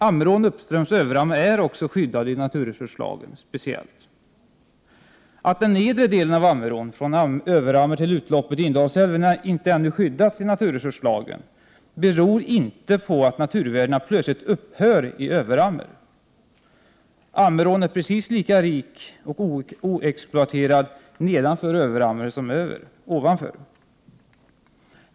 Ammerån uppströms Överammer är också speciellt skyddad i naturresurslagen. Att den nedre delen av Ammerån från Överammer till utloppet i Indalsälven ännu inte är skyddad enligt naturresurslagen beror inte på att naturvärdena plötsligt upphör i Överammer. Ammerån är precis lika rik och oexploaterad nedanför Överammer som ovanför.